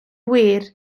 wir